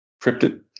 cryptid